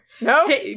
No